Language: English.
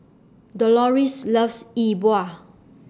Doloris loves Yi Bua